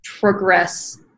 progress